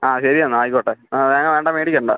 ആ ശരി എന്നാൽ ആയിക്കോട്ടെ ആ തേങ്ങ വേണ്ട മേടിക്കണ്ട